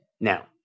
Now